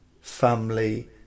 family